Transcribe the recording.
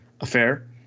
affair